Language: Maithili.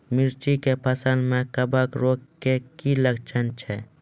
मिर्ची के फसल मे कवक रोग के की लक्छण छै?